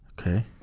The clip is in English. Okay